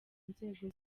nzego